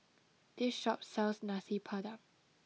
this shop sells Nasi Padang